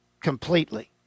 completely